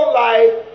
life